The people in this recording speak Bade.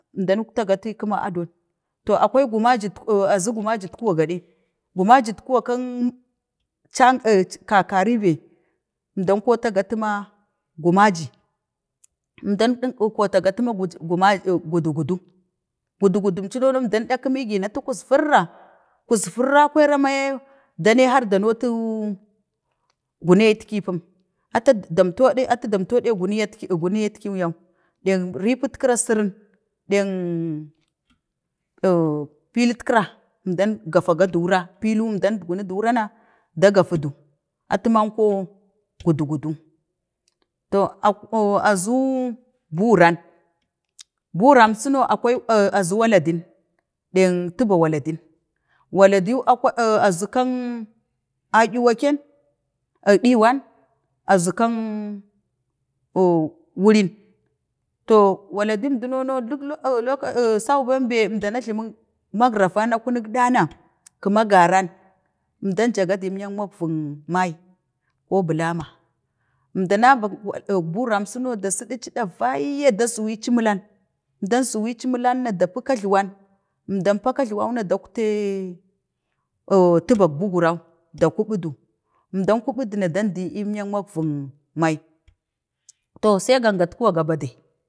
əmdan uktana gatu əiikuma, adon, to akwai guma jit kuwa zu guma jit kuwa gaɗe gumajit kuma kang, ean li kakari bee, ɗmdang kotagatuma, gumaji, əmdan kotage ci ma gumajin, guma, ii gugu gudu, gudu gudun cuno na əmda ɗikəmi gi na atu kəvir ra, kuzvira kwaira ma yee da ne har da no tu gunoyet ki pum, atu, damto dek atu damto dek gunayet ki, gunayet tu yau, ɗek ripitkira sirin deng, piht kira, əmdan gafa gada ura, pilu əmdan gunu gumaju na, da gafudu, atu manko gudu gudu, to ko, azu, azu buurang, burang suno, akwai, azu waladin, deng tuba waladin, waladnu, akwai, azu kang a yluwaken kak ɗiwan, azu kan, wurin, to waladim do nə, no duk, loka,, sau, bembe əndanak jlamak makraven a kunek ɗana, kuma garan əmdan jaga du əmyan makvik mai, ko bulama əmdana bak buran suno da siɗici ɗavayya de zuwivimiling, əmdan zuwicin miling na da pu kagluwan, əmdanpa kagluwan, no dakti tubak buguran da kəbindu, əmdan kəbudu nan dandu, əmyank makyin mai.